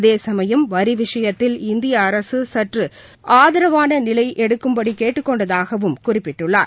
அதேசமயம் வரி விஷயத்தில் இந்திய அரசு சற்று ஆதாரவான நிலை எடுக்கும்படி கேட்டுக் கொண்டதாகவும் குறிப்பிட்டுள்ளார்